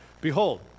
Behold